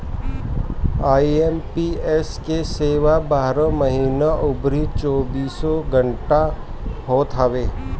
IMPS के सेवा बारहों महिना अउरी चौबीसों घंटा होत हवे